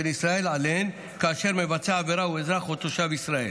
ישראל עליהן כאשר מבצע העבירה הוא אזרח או תושב ישראל.